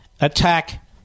attack